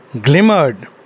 glimmered